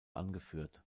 angeführt